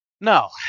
No